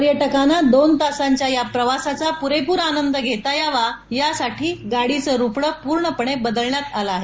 पर्यटकांना दोन तासाच्या या प्रवासाचा पुरेपूर आनंद घेता यावा यासाठी गाडीचं रुपडं पूर्णपणे बदलण्यात आलं आहे